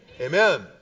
Amen